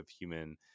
human